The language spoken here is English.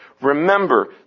remember